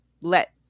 let